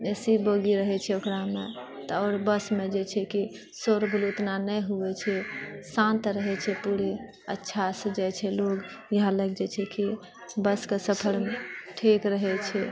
ए C बौगी रहए छै ओकरामे तऽ आओर बसमे जे छै कि शोर गुल ओतना नहि होबए छै शांत रहए छै पूरे अच्छासँ जाइत छै लोग इएह लागि जाइत छै कि बसके सफर ठीक रहए छै